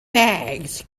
bags